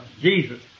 Jesus